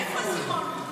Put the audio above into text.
איפה סימון?